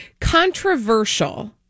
controversial